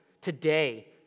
today